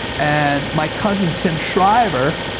and my cousin, tim shriver,